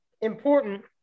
important